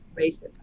racism